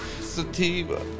Sativa